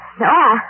No